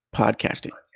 podcasting